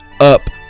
up